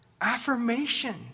Affirmation